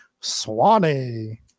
Swanee